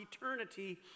eternity